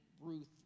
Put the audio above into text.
ruth